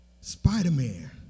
Spider-Man